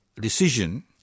decision